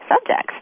subjects